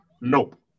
Nope